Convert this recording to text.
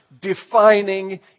defining